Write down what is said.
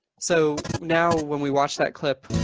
so now when we watch that clip,